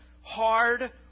hard